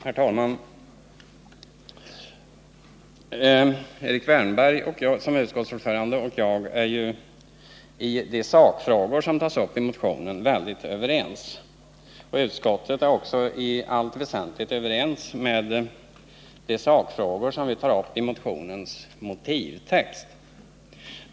Herr talman! Utskottsordföranden Erik Wärnberg och jag är ju mycket eniga när det gäller de sakfrågor som tas upp i motionen. Också utskottet är i allt väsentligt överens med vpk beträffande de sakfrågor som tas upp i motionens motivering.